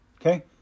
okay